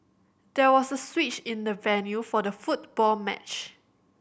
there was a switch in the venue for the football match